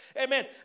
Amen